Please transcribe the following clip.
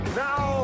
now